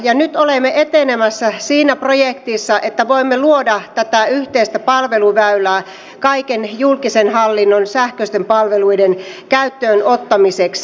ja nyt olemme etenemässä siinä projektissa että voimme luoda tätä yhteistä palveluväylää kaiken julkisen hallinnon sähköisten palveluiden käyttöön ottamiseksi